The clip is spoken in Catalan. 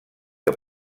que